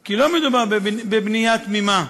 כי לא מדובר בבנייה תמימה,